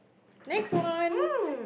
next one